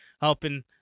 helping